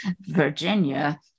Virginia